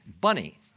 Bunny